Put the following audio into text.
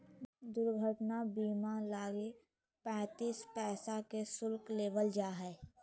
दुर्घटना बीमा लगी पैंतीस पैसा के शुल्क लेबल जा हइ